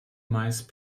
mice